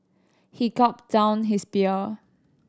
he gulped down his beer